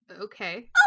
Okay